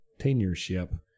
tenureship